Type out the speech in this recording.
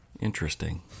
Interesting